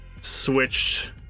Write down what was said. switched